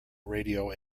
radio